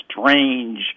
strange